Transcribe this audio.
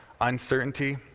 uncertainty